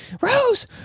Rose